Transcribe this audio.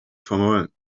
fayoum